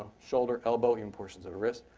shoulder, elbow, even portions of a wrist.